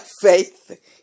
faith